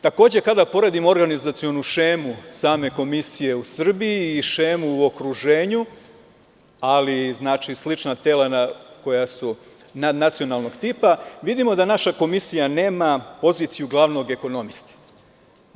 Takođe, kada poredimo organizacionu šemu same komisije u Srbiji i šemu u okruženju, ali slična tela koja su nacionalnog tipa, vidimo da naša komisija nema poziciju glavnog ekonomiste.